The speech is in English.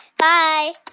bye